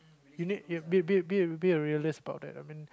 you need be be be a realist about it I mean